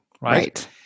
Right